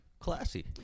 Classy